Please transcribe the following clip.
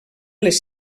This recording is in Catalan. les